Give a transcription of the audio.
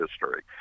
history